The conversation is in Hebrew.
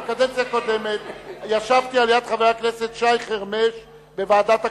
בקדנציה הקודמת ישבתי על-יד חבר הכנסת שי חרמש בוועדת הכספים.